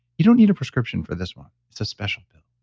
you don't need a prescription for this one. it's a special pill.